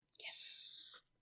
Yes